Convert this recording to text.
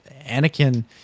Anakin